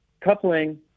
Coupling